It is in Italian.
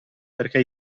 perché